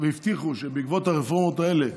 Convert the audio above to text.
והבטיחו שבעקבות הרפורמות האלה,